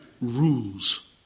rules